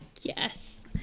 Yes